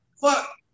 Fuck